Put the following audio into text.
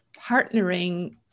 partnering